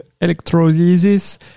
electrolysis